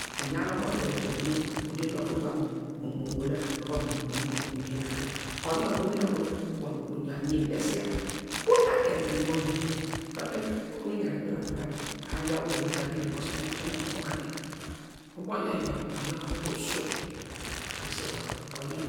Ugan omo gber okpoki nu, uderi oku nu uvam mu bola nu uvam mu yena dor oyor mo mene okunu wor mu yen desia, uta gen munu uyen owei vivi dor kem uda ja okunu uyan okpoki yor gbulagbula dor owiye owiny mu ta bine mu otu me su kumany ubo yor yor osom krese dor.